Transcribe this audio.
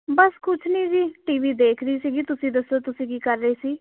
ਬਸ ਕੁਛ ਨਹੀਂ ਜੀ ਟੀ ਵੀ ਦੇਖ ਰਹੀ ਸੀਗੀ ਤੁਸੀਂ ਦੱਸੋ ਤੁਸੀਂ ਕੀ ਕਰ ਰਹੇ ਸੀ